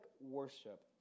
worship